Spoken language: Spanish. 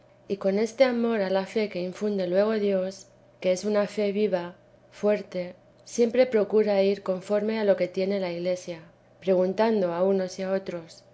y con este amor a la fe que infunde luego dios que es una fe viva fuerte siempre procura ir conforme a lo que tiene la iglesia preguntando a unos y a otros